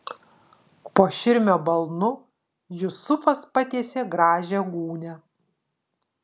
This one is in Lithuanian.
po širmio balnu jusufas patiesė gražią gūnią